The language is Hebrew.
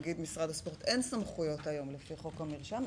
נגיד משרד הספורט אין סמכויות היום לפי חוק המרשם,